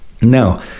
Now